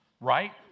right